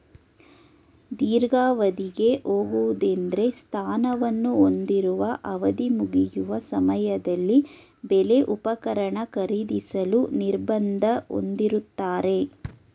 ದೀರ್ಘಾವಧಿಗೆ ಹೋಗುವುದೆಂದ್ರೆ ಸ್ಥಾನವನ್ನು ಹೊಂದಿರುವ ಅವಧಿಮುಗಿಯುವ ಸಮಯದಲ್ಲಿ ಬೆಲೆ ಉಪಕರಣ ಖರೀದಿಸಲು ನಿರ್ಬಂಧ ಹೊಂದಿರುತ್ತಾರೆ